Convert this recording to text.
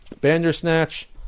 Bandersnatch